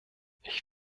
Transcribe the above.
ich